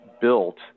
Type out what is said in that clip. built